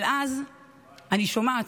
אבל אז אני שומעת,